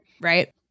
Right